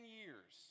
years